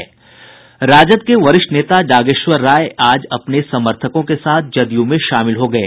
राजद के वरिष्ठ नेता जागेश्वर राय आज अपने समर्थकों के साथ जदयू में शामिल हो गये